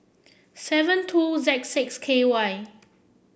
seven two Z six K Y